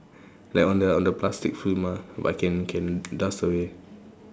like on the on the plastic film mah but can can dust away